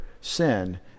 sin